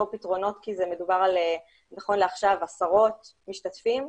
פתרונות כי מדובר נכון לעכשיו על עשרות משתתפים,